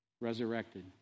resurrected